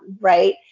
right